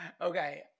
Okay